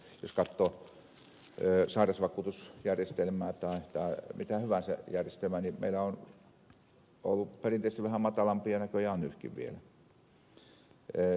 jos katsoo sairausvakuutusjärjestelmää tai mitä hyvänsä järjestelmää niin meillä on ollut perinteisesti vähän matalampia ja on näköjään nytkin vielä